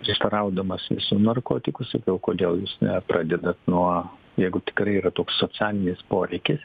prieštaraudamas visų narkotikų sakiau kodėl jūs nepradedat nuo jeigu tikrai yra toks socialinis poreikis